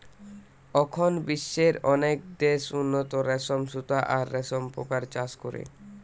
অখন বিশ্বের অনেক দেশ উন্নত রেশম সুতা আর রেশম পোকার চাষ করে